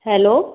hello